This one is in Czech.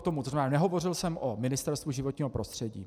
To znamená, nehovořil jsem o Ministerstvu životního prostředí.